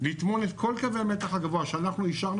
לטמון את כל קווי המתח הגבוה שאנחנו אישרנו